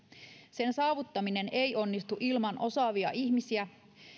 sen saavuttaminen ei onnistu ilman osaavia ihmisiä